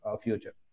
future